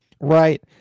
Right